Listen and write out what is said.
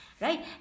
right